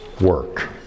work